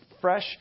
fresh